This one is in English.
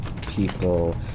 people